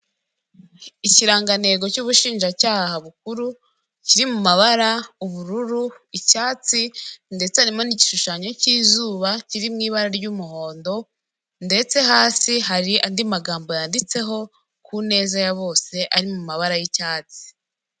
Ikirangantego cy'ubushinjacyaha bukuru kiri mu mabara ubururu ,icyatsi ndetse harimo n'igishushanyo cy'izuba kiri mu ibara ry'umuhondo ndetse hasi hari andi magambo yanditseho ku neza ya bose ari mu mabara y'icyatsi .